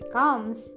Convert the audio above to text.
comes